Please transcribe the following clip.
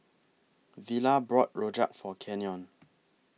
Villa bought Rojak For Kenyon